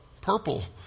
purple